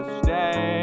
stay